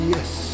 Yes